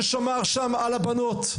ששמר על הבנות.